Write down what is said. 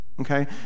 okay